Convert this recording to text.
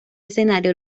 escenario